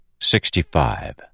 Sixty-five